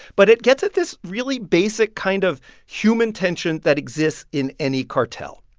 but it gets at this really basic kind of human tension that exists in any cartel.